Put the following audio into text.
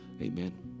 Amen